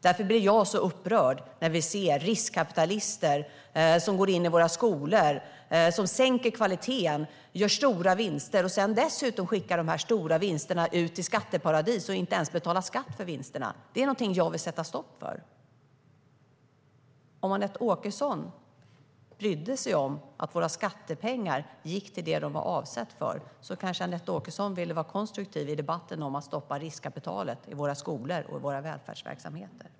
Därför blir jag så upprörd när vi ser riskkapitalister köpa in sig i skolor, sänka kvaliteten, göra stora vinster och dessutom skicka de stora vinsterna ut till skatteparadis och inte ens betala skatt på vinsterna. Det är något jag vill sätta stopp för. Om Anette Åkesson brydde sig om att våra skattepengar gick till det de var avsedda för kanske Anette Åkesson ville vara konstruktiv i debatten om att stoppa riskkapitalet i våra skolor och välfärdsverksamheter.